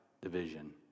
division